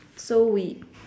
so we